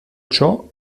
ciò